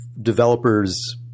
developers